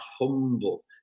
humble